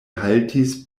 haltis